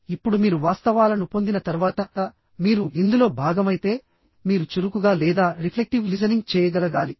ఇప్పుడు మీరు వాస్తవాలను పొందిన తర్వాత మీరు ఇందులో భాగమైతే మీరు చురుకుగా లేదా రిఫ్లెక్టివ్ లిజనింగ్ చేయగలగాలి